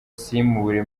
simubure